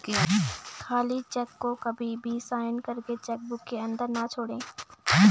खाली चेक को कभी भी साइन करके चेक बुक के अंदर न छोड़े